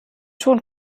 schon